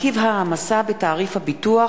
(מרכיב ההעמסה בתעריף הביטוח),